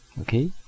okay